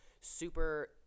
super